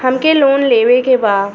हमके लोन लेवे के बा?